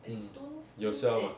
mm 有 swell mah